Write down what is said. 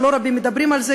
ולא רבים מדברים על זה,